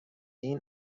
این